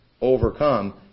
overcome